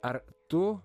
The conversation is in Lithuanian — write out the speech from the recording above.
ar tu